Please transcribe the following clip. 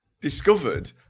discovered